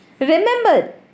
Remember